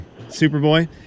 Superboy